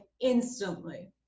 instantly